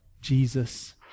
Jesus